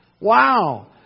Wow